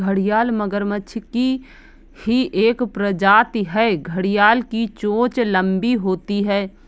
घड़ियाल मगरमच्छ की ही एक प्रजाति है घड़ियाल की चोंच लंबी होती है